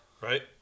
Right